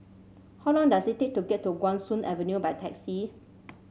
how long does it take to get to Guan Soon Avenue by taxi